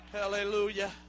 Hallelujah